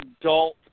adult